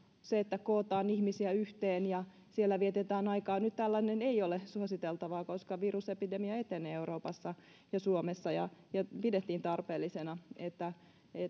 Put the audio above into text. se että kootaan ihmisiä yhteen ja siellä vietetään aikaa nyt tällainen ei ole suositeltavaa koska virusepidemia etenee euroopassa ja suomessa ja ja pidettiin tarpeellisena että